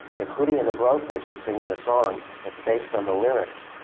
if hootie and the blowfish is singing a song that's based on the lyrics,